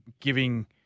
giving